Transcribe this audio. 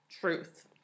Truth